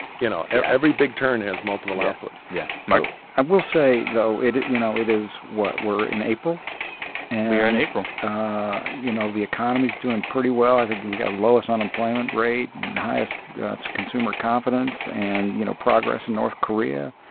you know, every big turn has multiple outputs yeah. mark i will say, though, it it you know, it is what? we're in april we are in april you know, the economy's doing pretty well. i think we've got lowest unemployment rate and highest consumer confidence and, you know, progress in north korea.